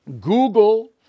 Google